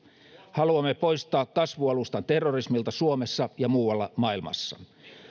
haluamme poistaa kasvualustan terrorismilta suomessa ja muualla maailmassa